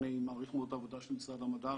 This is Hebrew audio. אני מעריך מאוד את העבודה של משרד המדע,